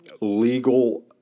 legal